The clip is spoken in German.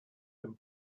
dem